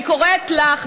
אני קוראת לך,